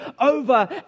over